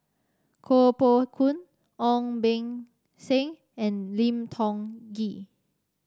Koh Poh Koon Ong Beng Seng and Lim Tiong Ghee